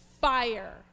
fire